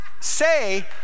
Say